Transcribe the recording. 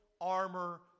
armor